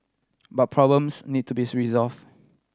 but problems need to be resolve